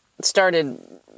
started